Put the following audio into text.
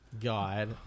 God